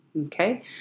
okay